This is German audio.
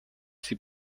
sie